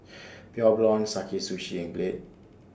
Pure Blonde Sakae Sushi and Glade